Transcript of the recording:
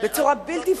בצורה בלתי פורמלית.